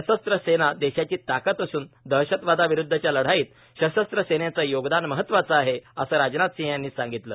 सशस्त्र सेना देशाची ताकद असून दहशतवादाविरुद्वच्या लढाईत सशस्त्र सेनेचं योगदान महत्वाचं आहेए असं राजनाथ सिंह यांनी सांगितलं